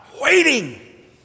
waiting